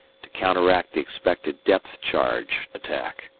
to counteract the expected depth-charge attack.